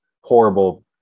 horrible